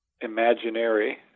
imaginary